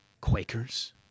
Quakers